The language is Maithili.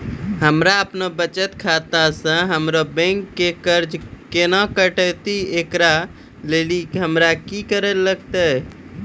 हमरा आपनौ बचत खाता से हमरौ बैंक के कर्जा केना कटतै ऐकरा लेली हमरा कि करै लेली परतै?